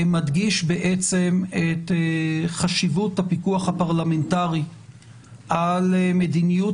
מדגיש את חשיבות הפיקוח הפרלמנטרי על מדיניות